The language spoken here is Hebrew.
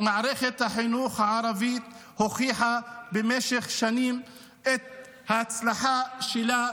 מערכת החינוך הערבית הוכיחה במשך שנים את ההצלחה שלה.